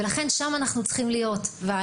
ולכן, אנחנו צריכים להיות שם.